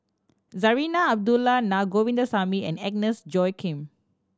Zarinah Abdullah Na Govindasamy and Agnes Joaquim